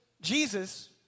Jesus